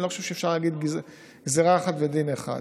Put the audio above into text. אני לא חושב שאפשר להגיד גזרה אחת ודין אחד.